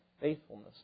faithfulness